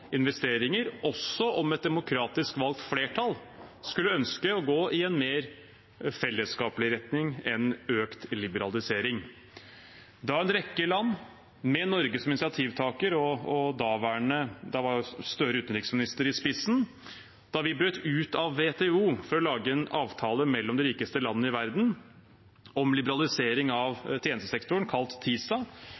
investeringer, også om et demokratisk valgt flertall skulle ønske å gå i en mer fellesskapelig retning enn økt liberalisering. Da en rekke land, med Norge som initiativtaker og daværende utenriksminister Gahr Støre i spissen, brøt ut av WTO for å lage en avtale mellom de rikeste landene i verden om liberalisering av